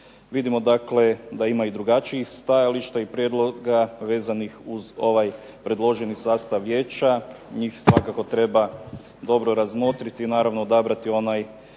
Vidimo dakle da ima i drugačijih stajališta i prijedloga vezanih uz ovaj predloženi sastav vijeća. Njih svakako treba dobro razmotriti i naravno odabrati onaj